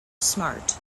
smart